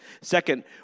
Second